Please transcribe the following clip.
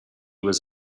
was